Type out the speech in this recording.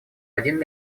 один